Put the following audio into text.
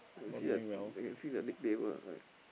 I can see that I can see the next table like